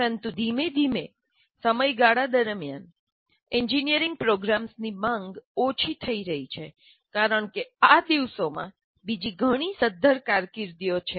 પરંતુ ધીમે ધીમે સમયગાળા દરમિયાન એન્જિનિયરિંગ પ્રોગ્રામ્સની માંગ ઓછી થઈ રહી છે કારણકે આ દિવસોમાં બીજી ઘણી સધ્ધર કારકિર્દી છે